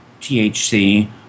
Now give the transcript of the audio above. THC